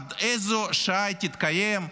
עד איזו שעה היא תתקיים?